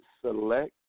select